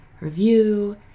review